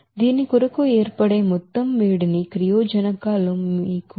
దీని కొరకు ఏర్పడే మొత్తం వేడిమి క్రియాజనకాలు మీ 13